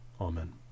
Amen